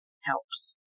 helps